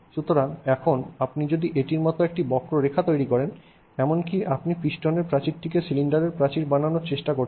সুতরাং এখন আপনি যদি এটির মতো একটি বক্ররেখা তৈরি করেন এমনকি আপনি পিস্টনের প্রাচীরটিকে সিলিন্ডারের প্রাচীর বানানোর চেষ্টা করছেন